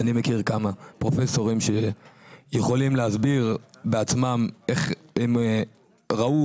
אני מכיר כמה פרופסורים שיכולים להסביר בעצמם איך הם ראו